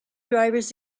drivers